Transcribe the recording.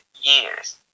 years